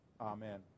amen